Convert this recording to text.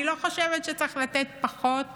אני לא חושבת שצריך לתת פחות